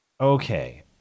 Okay